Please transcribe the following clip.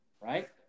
right